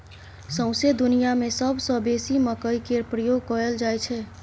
सौंसे दुनियाँ मे सबसँ बेसी मकइ केर प्रयोग कयल जाइ छै